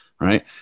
right